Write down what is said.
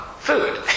Food